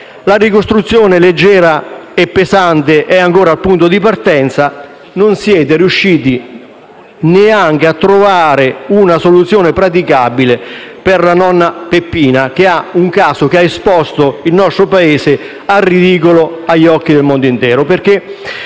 La ricostruzione leggera e pesante è ancora al punto di partenza e non siete riusciti neanche a trovare una soluzione praticabile per nonna Peppina, il cui caso ha esposto il nostro Paese al ridicolo agli occhi del mondo intero.